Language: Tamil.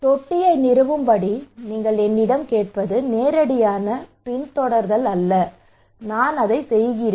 தொட்டியை நிறுவும்படி நீங்கள் என்னிடம் கேட்பது நேரடியான பின்தொடர்தல் அல்ல நான் அதை செய்கிறேன்